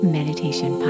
Meditation